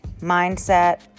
mindset